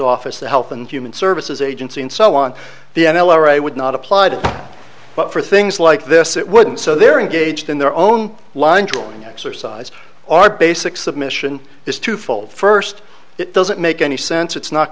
office the health and human services agency and so on the n l r a would not applied for things like this it wouldn't so they're engaged in their own line drawing exercise our basic submission is twofold first it doesn't make any sense it's not